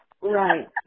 Right